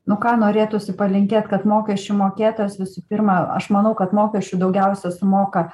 nu ką norėtųsi palinkėt kad mokesčių mokėtojas visų pirma aš manau kad mokesčių daugiausia sumoka